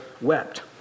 wept